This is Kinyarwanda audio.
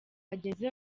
bagenzi